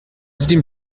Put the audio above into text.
sieht